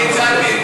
אני הצעתי.